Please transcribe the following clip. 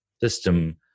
system